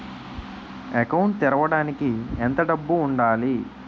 Account తెరవడానికి ఎంత డబ్బు ఉండాలి?